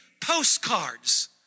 postcards